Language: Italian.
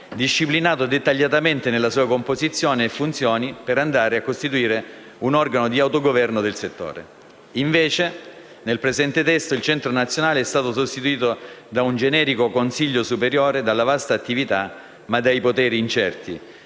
disciplinato dettagliatamente nella sua composizione e nelle sue funzioni, per costituire un organo di autogoverno del settore. Invece, nel presente testo il Centro nazionale è stato sostituito da un generico Consiglio superiore dalla vasta attività ma dai poteri incerti,